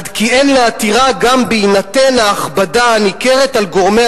עד כי אין להתירה גם בהינתן ההכבדה הניכרת על גורמי